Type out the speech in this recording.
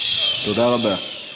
תודה רבה.